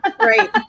right